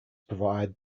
provide